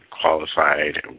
qualified